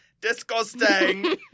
Disgusting